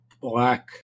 Black